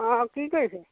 অঁ কি কৰিছে